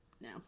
no